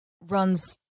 runs